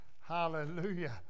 Hallelujah